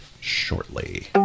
shortly